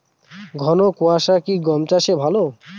ঘন কোয়াশা কি গম চাষে ভালো?